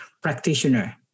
practitioner